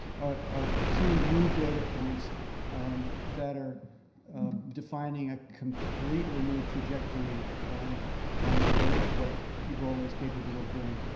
are are two new data points that are defining a completely new trajectory on the curve of what ebola is capable of doing.